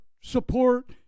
support